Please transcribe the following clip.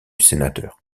sénateur